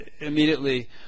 immediately